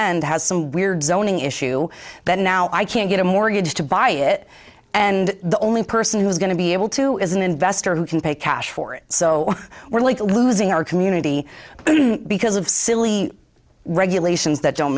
end has some weird zoning issue but now i can't get a mortgage to buy it and the only person who's going to be able to is an investor who can pay cash for it so we're like losing our community because of silly regulations that don't